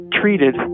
treated